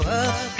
up